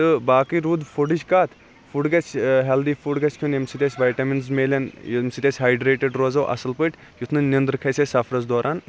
تہٕ باقٕے روٗد فُڈٕچ کتھ فُڈ گَژھِ ہیٚلدی فُڈ گَژھِ کھیٚون یمہ سۭتۍ اَسہِ وایٹمنٕز میلن یمہ سۭتۍ أسۍ ہاڈریٹِڈ روزو اصٕل پٲٹھۍ یُتھ نہٕ نِندر کھَسہِ اَسہِ سَفرَس دوران کینٛہہ